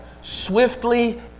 swiftly